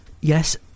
Yes